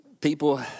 people